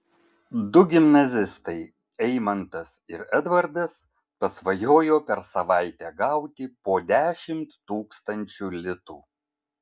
du gimnazistai eimantas ir edvardas pasvajojo per savaitę gauti po dešimt tūkstančių litų